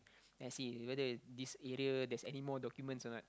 I see whether this area there's anymore documents or not